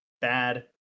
bad